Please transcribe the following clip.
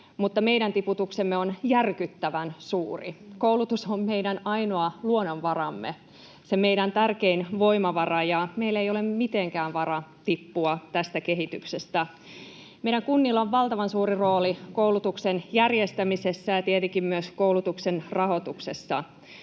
mutta meidän tiputuksemme on järkyttävän suuri. Koulutus on meidän ainoa luonnonvaramme, se meidän tärkein voimavaramme, ja meillä ei ole mitenkään varaa tippua tästä kehityksestä. Meidän kunnillamme on valtavan suuri rooli koulutuksen järjestämisessä ja tietenkin myös koulutuksen rahoituksessa.